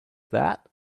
that